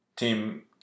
team